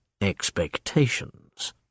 expectations